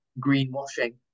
greenwashing